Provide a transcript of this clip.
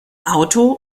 auto